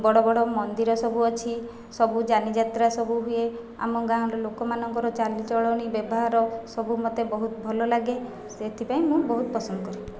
ବଡ଼ ବଡ଼ ମନ୍ଦିର ସବୁ ଅଛି ସବୁ ଯାନିଯାତ୍ରା ସବୁ ହୁଏ ଆମ ଗାଁର ଲୋକମାନଙ୍କର ଚାଲି ଚଳଣୀ ବ୍ୟବହାର ସବୁ ମୋତେ ବହୁତ ଭଲ ଲାଗେ ସେଥିପାଇଁ ମୁଁ ବହୁତ ପସନ୍ଦ କରେ